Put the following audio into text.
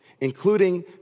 including